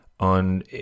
on